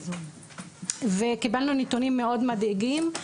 קיבלנו נתונים מאוד מדאיגים.